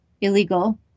illegal